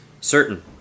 certain